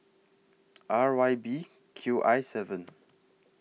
R Y B Q I seven